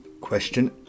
Question